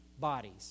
bodies